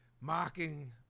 mocking